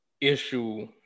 issue